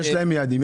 יש להם יעדים.